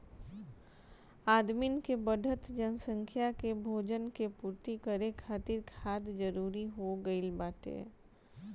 आदमिन के बढ़त जनसंख्या के भोजन के पूर्ति करे खातिर खाद जरूरी हो गइल बाटे